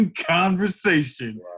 conversation